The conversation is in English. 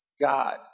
God